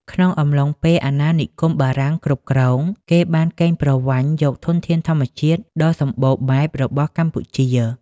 ក្នុងអំឡុងពេលអាណានិគមបារាំងគ្រប់គ្រង គេបានគេងប្រវ័ញ្ចយកធនធានធម្មជាតិដ៏សម្បូរបែបរបស់កម្ពុជា។